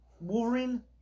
Wolverine